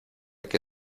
que